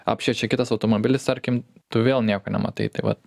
apšviečia kitas automobilis tarkim tu vėl nieko nematai tai vat